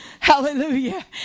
Hallelujah